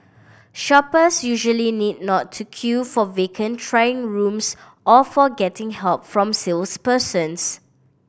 shoppers usually need not to queue for vacant trying rooms or for getting help from salespersons